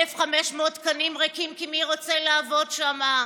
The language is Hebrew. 1,500 תקנים ריקים, כי מי רוצה לעבוד שם.